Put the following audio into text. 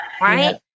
Right